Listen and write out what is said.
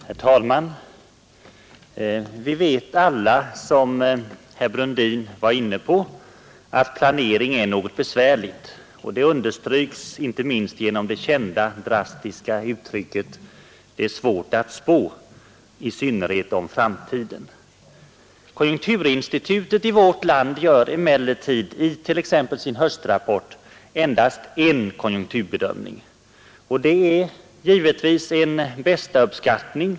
Herr talman! Vi vet alla — vilket herr Brundin nyss var inne på — att planering är något besvärligt. Den saken understryks inte minst av det kända uttrycket: Det är svårt att spå, i synnerhet om framtiden Konjunkturinstitutet gör emellertid t.ex. i sin höstrapport endast en konjunkturbedömning, och det är givetvis en bästa-uppskattning .